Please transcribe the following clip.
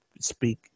speak –